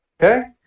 Okay